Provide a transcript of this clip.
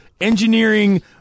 engineering